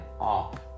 off